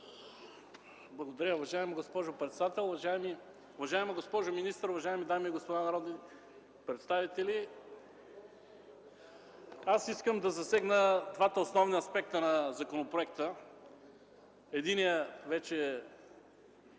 Благодаря, уважаема госпожо председател. Уважаема госпожо министър, уважаеми дами и господа народни представители, искам да засегна двата основни аспекта на законопроекта. Повишаването